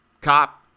Cop